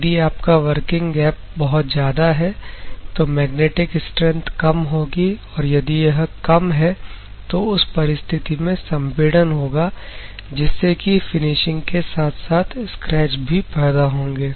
यदि आपका working gap बहुत ज्यादा है तो मैग्नेटिक स्ट्रैंथ कम होगी और यदि यह कम है तो उस परिस्थिति में संपीड़न होगा जिससे कि फिनिशिंग के साथ साथ स्क्रैच भी पैदा होंगे